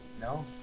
No